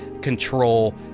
control